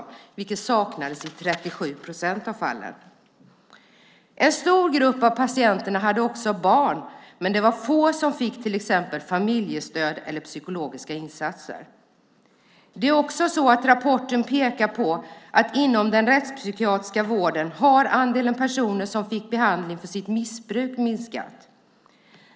En vårdplan saknades i 37 procent av fallen. En stor grupp av patienterna hade också barn. Men det var få som fick till exempel familjestöd eller psykologiska insatser. I rapporten pekas också på att andelen personer inom den rättspsykiatriska vården som fick behandling för sitt missbruk har minskat.